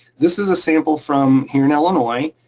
this is a sample from here in illinois,